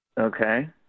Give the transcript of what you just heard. Okay